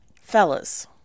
fellas